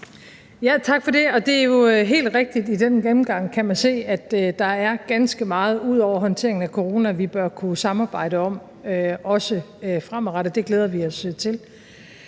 Tak for det. Det er jo helt rigtigt. I den gennemgang kan man se, at der er ganske meget ud over håndteringen af corona, vi bør kunne samarbejde om, også fremadrettet. Det glæder vi os til.